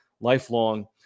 lifelong